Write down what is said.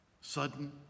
sudden